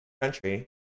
country